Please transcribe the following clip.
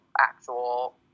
actual